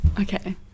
Okay